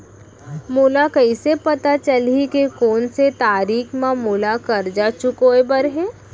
मोला कइसे पता चलही के कोन से तारीक म मोला करजा चुकोय बर हे?